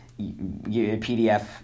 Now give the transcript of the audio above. PDF